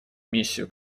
миссию